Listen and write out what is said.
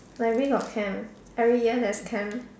library got camp every year there's camp